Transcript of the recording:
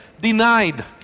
denied